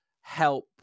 help